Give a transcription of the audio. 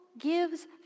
gives